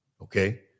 okay